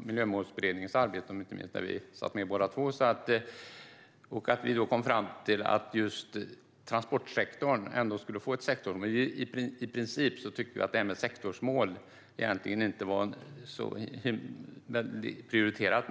Miljömålsberedningens arbete, där vi satt med båda två, kom vi fram till att transportsektorn skulle få ett mål men att vi i princip inte tyckte att sektorsmål var särskilt prioriterat.